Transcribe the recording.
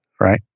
right